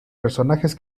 personajes